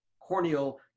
corneal